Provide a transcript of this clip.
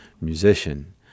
musician